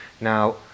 Now